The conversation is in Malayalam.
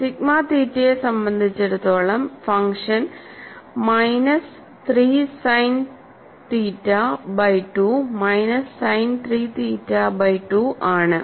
സിഗ്മ തീറ്റയെ സംബന്ധിച്ചിടത്തോളം function minus 3 sine theta by 2 minus sine 3 theta by 2 ആണ്